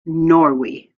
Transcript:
norway